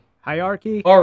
Hierarchy